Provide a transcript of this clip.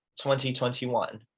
2021